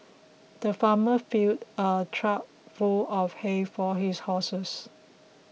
the farmer filled a trough full of hay for his horses